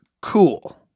cool